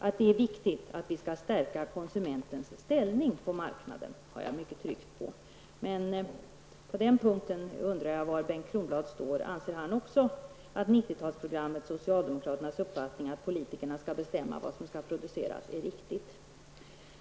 Att det är viktigt att stärka konsumentens ställning på marknaden har jag tryckt mycket på. Men i det avseendet undrar jag var Bengt Kronblad står. Anser han också att 90-talsprogrammets och socialdemokraternas uppfattning, att politikerna skall bestämma vad som skall produceras, är riktig?